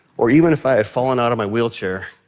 or even if i had fallen out of my wheelchair.